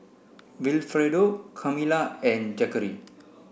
Wilfredo Carmela and Zackery